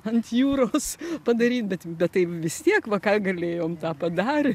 ant jūros padaryt bet bet tai vis tiek va ką galėjom tą padarėm